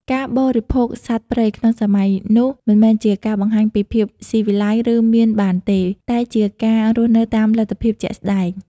ការបរិភោគសត្វព្រៃក្នុងសម័យនោះ មិនមែនជាការបង្ហាញពីភាពស៊ីវិល័យ ឬមានបានទេ តែវាជាការរស់នៅតាមលទ្ធភាពជាក់ស្តែង។